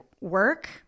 work